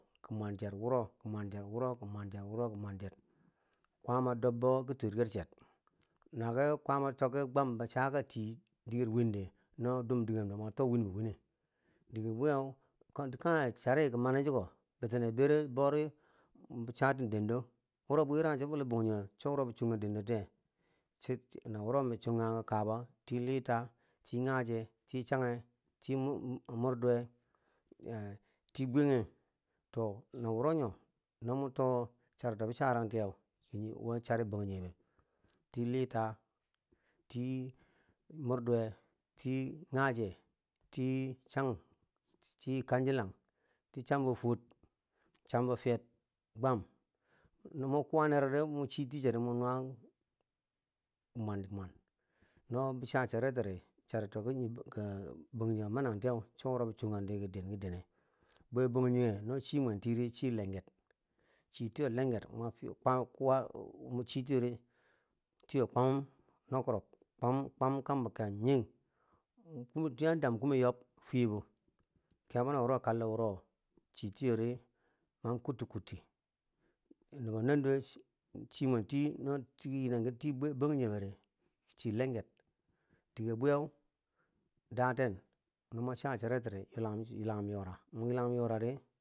Ki mwon cher, wuro ki mwan cher wuro ki mwan cher, wuro ki mwon cher, kwaama dobbo ki tiyer ker cher naki kwaama takki gwam ba cha, ka ti diker wimdi no dun dikem ba mnwo to wim bi wine, dike bwi yeu kange chari ken mani choko bitine bereu bori chaten dondo, waro bim wi chiko lo banjoge cho wurobi chun ka den ben tiyeu, wuro mi cham kange ki kabaa ti lita, ti gyache, ti channge, ti mud- mudduwe, aa ti bwiyenyege, to na wuro nyo no mwon to charito bi cham tinyeu ki yi wo chari banjingebe, ti lita ti mudduwe, ti gyache, ti changum, ti- ti kan chilang, ti chambo fuwor, chambo fiyer qawan no mwo kuwaner di mwon chiti cheti mwo nuwa ki mwan ki mwan. No bi cha charitotiri charito banjigebo a manan tiye cho wo bi chonga ti ki den ki dene bwe bagjige no chi mwen ti ri chi lenger chi tiyo kuwa no chi tiyo tiyo kwamim noko rock ti yo kwamim kambo ken ying cho andam kume yob fuyebo kebo na wo kallowo chi tiyori mam kutikuti nibo nanduwo no chi- chimwen ti yo bwongrand di ki chi lenged dike yo bwiyo daten noma cha charitiri da ten yulagim yora no mun yulagum yorari.